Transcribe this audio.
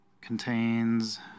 Contains